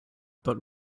but